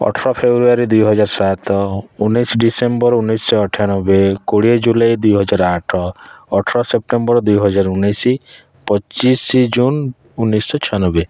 ଅଠର ଫେବୃୟାରୀ ଦୁଇ ହଜାର ସାତ ଉଣେଇଶି ଡିସେମ୍ବର ଉଣେଇଶି ଶହ ଅଠାନବେ କୋଡ଼ିଏ ଜୁଲାଇ ଦୁଇ ହଜାର ଆଠ ଅଠର ସେପ୍ଟେମ୍ବର ଦୁଇ ହଜାର ଉଣେଇଶି ପଚିଶି ଜୁନ୍ ଉଣେଇଶି ଶହ ଛୟାନବେ